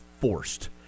forced